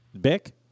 Bick